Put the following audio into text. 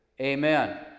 Amen